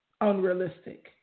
Unrealistic